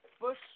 Bush